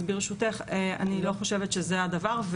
אז ברשותך אני לא חושבת שזה הדבר.